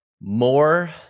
more